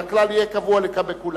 אז הכלל יהיה קבוע לכולם.